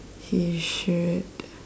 he should